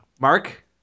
Mark